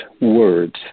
words